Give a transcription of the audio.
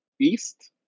east